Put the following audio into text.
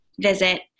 visit